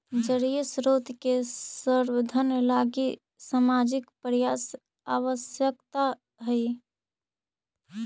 जलीय स्रोत के संवर्धन लगी सामाजिक प्रयास आवश्कता हई